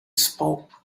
spoke